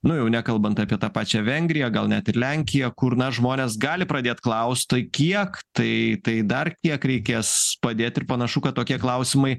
nu jau nekalbant apie tą pačią vengriją gal net ir lenkiją kur žmonės gali pradėt klaust tai kiek tai tai dar kiek reikės padėt ir panašu kad tokie klausimai